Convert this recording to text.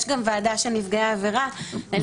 יש גם ועדה של נפגעי עבירה בלשכת עורכי הדין.